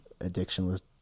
addiction—was